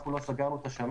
אנחנו לא סגרנו את השמיים.